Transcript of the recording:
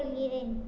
ஒப்புக்கொள்கிறேன்